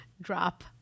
drop